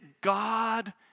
God